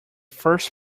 first